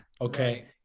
Okay